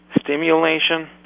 stimulation